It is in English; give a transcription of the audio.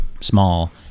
small